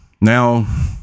Now